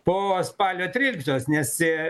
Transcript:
po spalio tryliktos nes